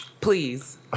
Please